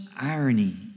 irony